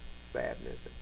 Sadness